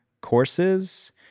courses